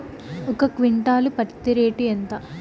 ఒక క్వింటాలు పత్తి రేటు ఎంత?